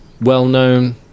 well-known